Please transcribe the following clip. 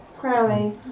Crowley